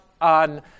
on